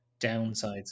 downsides